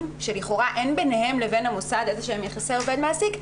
שלכאורה אין ביניהם לבין המוסד יחסי עובד-מעסיק,